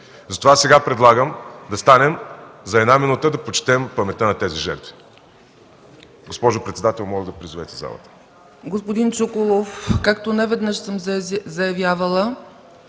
Затова сега предлагам да станем за една минута и да почетем паметта на тези жертви. Госпожо председател, моля да призовете залата.